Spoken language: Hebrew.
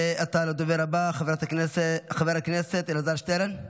ועתה לדובר הבא, חבר הכנסת אלעזר שטרן,